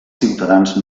ciutadans